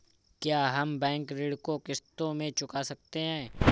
क्या हम बैंक ऋण को किश्तों में चुका सकते हैं?